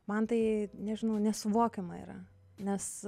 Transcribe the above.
man tai nežinau nesuvokiama yra nes